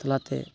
ᱛᱟᱞᱟᱛᱮ